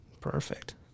Perfect